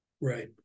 right